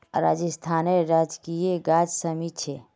राजस्थानेर राजकीय गाछ शमी छे